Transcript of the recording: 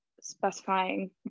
specifying